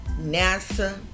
NASA